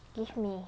give me